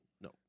No